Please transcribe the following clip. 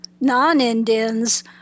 non-Indians